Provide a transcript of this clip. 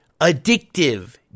addictive